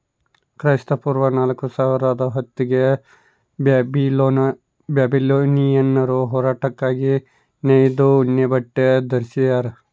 ಕ್ರಿಸ್ತಪೂರ್ವ ನಾಲ್ಕುಸಾವಿರ ಹೊತ್ತಿಗೆ ಬ್ಯಾಬಿಲೋನಿಯನ್ನರು ಹೊರಟಾಗಿ ನೇಯ್ದ ಉಣ್ಣೆಬಟ್ಟೆ ಧರಿಸ್ಯಾರ